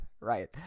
Right